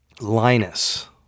linus